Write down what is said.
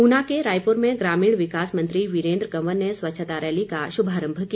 ऊना के रायपुर में ग्रामीण विकास मंत्री वीरेन्द्र कंवर ने स्वच्छता रैली का शुभारम्भ किया